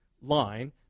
line